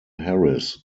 harris